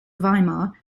weimar